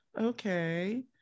Okay